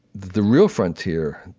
the real frontier,